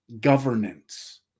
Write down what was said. governance